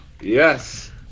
yes